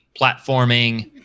platforming